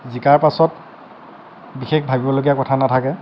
জিকাৰ পাছত বিশেষ ভাবিবলগীয়া কথা নাথাকে